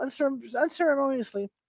unceremoniously